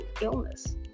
illness